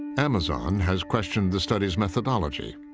amazon has questioned the study's methodology.